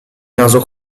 naso